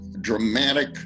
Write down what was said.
dramatic